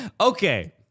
Okay